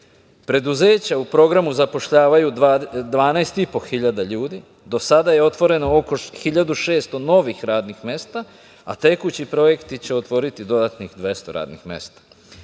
ljudi. Preduzeća u programu zapošljavaju 12.500 ljudi. Do sada je otvoreno oko 1.600 novih radnih mesta, a tekući projekti će otvoriti dodatnih 200 radnih mesta. Do